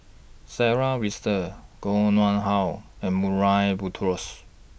Sarah Winstedt Koh Nguang How and Murray Buttrose